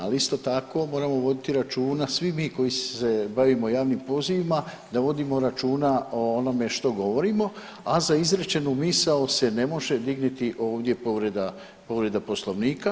Ali isto tako moramo voditi računa svi mi koji se bavimo javnim pozivima da vodimo računa o onome što govorimo, a za izrečenu misao se ne može dignuti ovdje povreda Poslovnika.